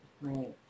right